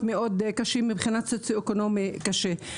מאוד קשים מבחינה סוציואקונומית קשה.